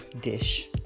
dish